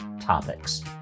Topics